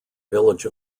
village